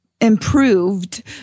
improved